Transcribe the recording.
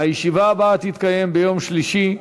הישיבה הבאה תתקיים ביום שלישי,